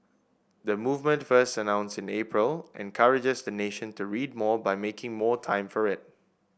the movement first announced in April encourages the nation to read more by making more time for it